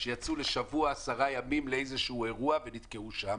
שיצאו לשבוע לאירוע ונתקעו שם.